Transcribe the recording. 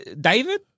David